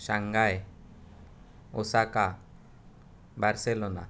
Shanghai Osaka Barcelona